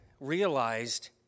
realized